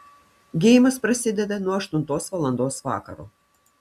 geimas prasideda nuo aštuntos valandos vakaro